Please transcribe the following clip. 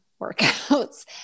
workouts